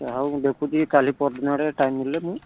ଆଉ ମୁଁ ଦେଖୁଛି କାଲି ପଅରିଦିନ ଆଡ଼େ ଟାଇମ୍ ହେଲେ ମୁଁ